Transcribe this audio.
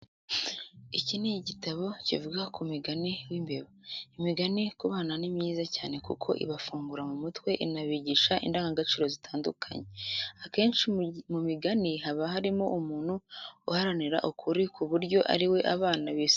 Iki ni igitabo kivuga ku mugani w'imbeba. Imigani ku bana ni myiza cyane kuko ibafungura mu mutwe inabigisha indangagaciro zitandukanye. Akenshi mu migani haba harimo umuntu uharanira ukuri ku buryo ariwe abana bisanisha nawe hafi ya buri gihe.